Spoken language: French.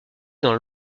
dans